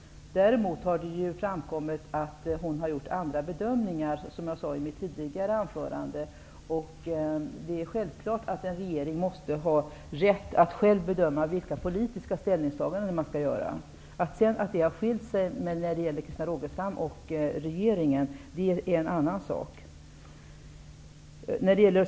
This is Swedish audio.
Som jag sade i mitt tidigare anförande har det däremot framkommit att invandrarministern gjorde andra bedömningar. Det är självklart att en regering måste ha rätt att själv bedöma vilka politiska ställningstaganden som man skall göra. Att det sedan har skiljt sig när det gäller Christina Rogestam och regeringen är en annan sak.